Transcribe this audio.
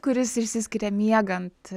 kuris išsiskiria miegant